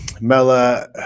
mela